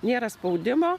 nėra spaudimo